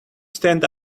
stand